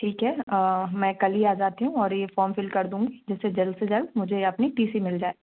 ठीक है मैं कल ही आ जाती हूँ और यह फॉर्म फिल कर दूँगी जिससे जल्द से जल्द मुझे अपनी टी सी मिल जाए